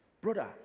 Brother